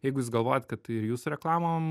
jeigu jūs galvojat kad ir jūsų reklamom